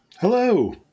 Hello